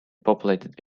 populated